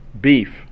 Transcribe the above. beef